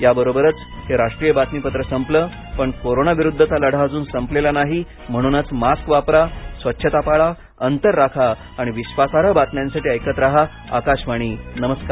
याबरोबरच हे राष्ट्रीय बातमीपत्र संपलं पण कोरोना विरुद्धचा लढा अजून संपलेला नाही म्हणूनच मास्क वापरा स्वच्छता पाळा अंतर राखा आणि विश्वासार्ह बातम्यांसाठी ऐकत रहा आकाशवाणी नमस्कार